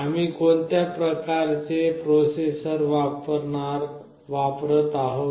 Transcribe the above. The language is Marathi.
आम्ही कोणत्या प्रकारचे प्रोसेसर वापरत आहोत